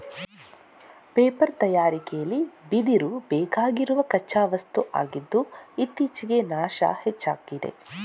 paper ತಯಾರಿಕೆಲಿ ಬಿದಿರು ಬೇಕಾಗಿರುವ ಕಚ್ಚಾ ವಸ್ತು ಆಗಿದ್ದು ಇತ್ತೀಚೆಗೆ ನಾಶ ಹೆಚ್ಚಾಗಿದೆ